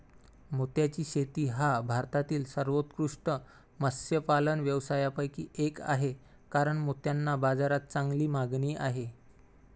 मोत्याची शेती हा भारतातील सर्वोत्कृष्ट मत्स्यपालन व्यवसायांपैकी एक आहे कारण मोत्यांना बाजारात चांगली मागणी आहे